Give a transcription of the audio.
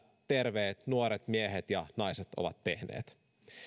terveet nuoret miehet ja naiset ovat tehneet